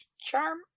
charm